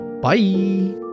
Bye